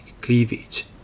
cleavage